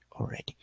already